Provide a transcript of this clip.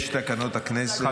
יש תקנון לכנסת.